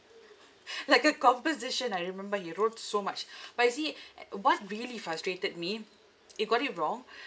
like a composition I remember he wrote so much but you see what really frustrated me he got it wrong